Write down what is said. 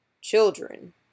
Children